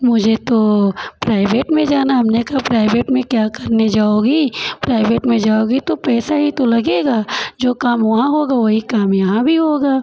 मुझे तो प्राइवेट में जाना है हमने कहा प्राइवेट में क्या करने जाओगी प्राइवेट में जाओगी तो पैसा ही तो लगेगा जो काम वहाँ हाेगा वही काम यहाँ भी होगा